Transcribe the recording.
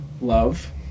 love